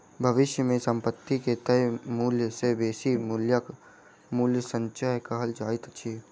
भविष्य मे संपत्ति के तय मूल्य सॅ बेसी मूल्यक मूल्य संचय कहल जाइत अछि